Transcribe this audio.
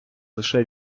лише